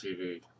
TV